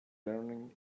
learning